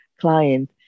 client